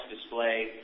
display